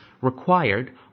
required